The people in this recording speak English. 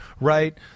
right